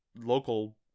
local